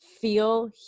feel